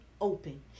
open